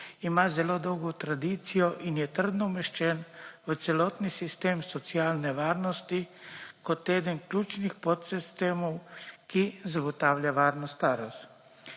ima zelo dolgo tradicijo in je trdno umeščen v celotni sistem socialne varnosti kot eden ključnih podsistemov, ki zagotavlja varno starost.